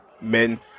men